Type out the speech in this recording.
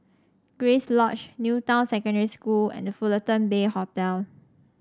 Grace Lodge New Town Secondary School and The Fullerton Bay Hotel